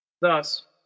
Thus